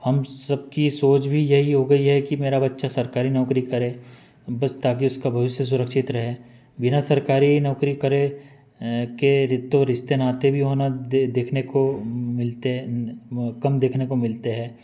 हम सबकी सोच भी यही हो गई है कि मेरा बच्चा सरकारी नौकरी करे बस ताकि उसका भविष्य सुरक्षित रहे बिना सरकारी नौकरी करे के तो रिश्ते नाते भी होना देखने को मिलते हैं कम देखने को मिलते हैं